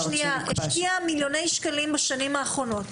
והשקיע מיליוני שקלים בשנים האחרונות.